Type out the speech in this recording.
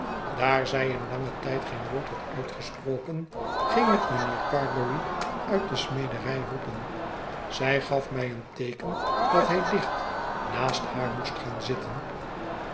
daar zij in langen tijd geen woord had gesproken ging ik mynheer gargery uit de smederij roepen zij gaf mij een teeken dat hij dicht naast haar moest gaan zitten